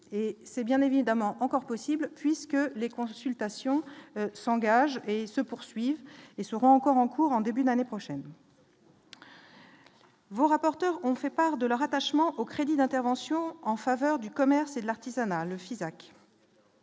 c'est bien évidemment encore possible puisque les consultations s'engage et se poursuivent et seront encore en cours en début d'année prochaine. Vos rapporteurs ont fait part de leur attachement aux crédits d'intervention en faveur du commerce et l'artisanat, le Fisac.